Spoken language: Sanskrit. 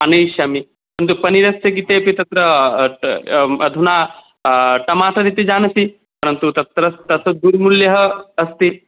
आनयिष्यामि किन्तु पनीरस्य कृतेऽपि तत्र अधुना टमाटर् इति जानासि परन्तु तत्र तत् दुर्मूल्यः अस्ति